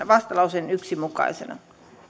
vastalauseen yhtenä mukaisena